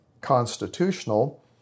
constitutional